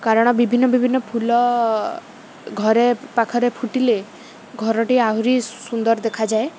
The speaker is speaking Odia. କାରଣ ବିଭିନ୍ନ ବିଭିନ୍ନ ଫୁଲ ଘରେ ପାଖରେ ଫୁଟିଲେ ଘରଟି ଆହୁରି ସୁନ୍ଦର ଦେଖାଯାଏ